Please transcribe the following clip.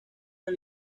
del